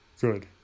Good